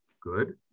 Good